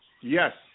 yes